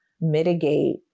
mitigate